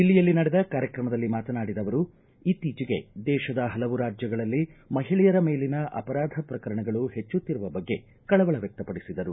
ದಿಲ್ಲಿಯಲ್ಲಿ ನಡೆದ ಕಾರ್ಯಕ್ರಮದಲ್ಲಿ ಮಾತನಾಡಿದ ಅವರು ಇತ್ತೀಚೆಗೆ ದೇಶದ ಹಲವು ರಾಜ್ಯಗಳಲ್ಲಿ ಮಹಿಳೆಯರ ಮೇಲಿನ ಅಪರಾಧ ಪ್ರಕರಣಗಳು ಹೆಚ್ಚುತ್ತಿರುವ ಬಗ್ಗೆ ಕಳವಳ ವ್ಯಕ್ತಪಡಿಸಿದರು